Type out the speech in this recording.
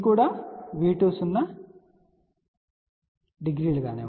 ఇది కూడా V2 ㄥ00